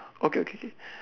okay okay okay